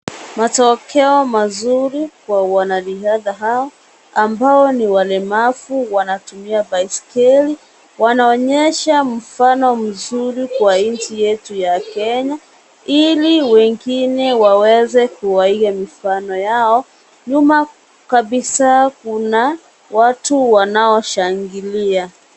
Matokeo mazuri, kwa wanariadha hawa, ambao ni walemavu, wanatumia baisikeli. Wanaonyesha mfano mzuri kwa inchi yetu ya Kenya, ili wengine waweze kuwaiga mfano yao. Nyuma kabisaa kuna, watu wanaoshangilia.